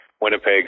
Winnipeg